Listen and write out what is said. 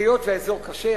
היות שהאזור קשה,